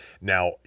Now